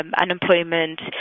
unemployment